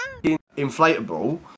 inflatable